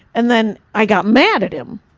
and then i got mad at him.